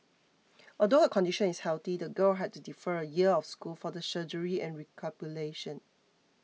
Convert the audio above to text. although her condition is healthy the girl had to defer a year of school for the surgery and recuperation